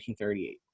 1938